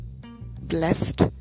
blessed